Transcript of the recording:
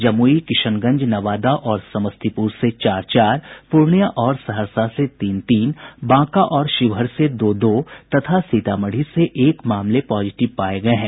जमुई किशनगंज नवादा और समस्तीपुर से चार चार पूर्णिया और सहरसा से तीन तीन बांका और शिवहर से दो दो तथा सीतामढ़ी से एक मामले पॉजिटिव पाये गये हैं